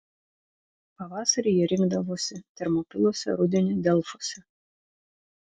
pavasarį jie rinkdavosi termopiluose rudenį delfuose